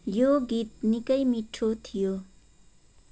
यो गीत निकै मिठो थियो